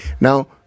now